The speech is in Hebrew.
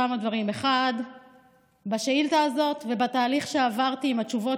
כמה דברים: בשאילתה הזאת ובתהליך שעברתי עם התשובות